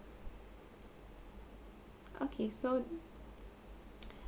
okay so